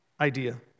idea